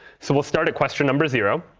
so we'll start at question number zero.